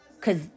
Cause